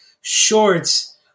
shorts